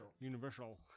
Universal